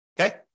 okay